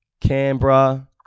Canberra